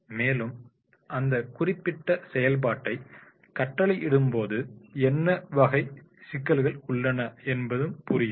மேலும் அந்த குறிப்பிட்ட செயல்பாட்டை கட்டளையிடும் போது என்ன வகை சிக்கல்கள் உள்ளன என்பது புரியும்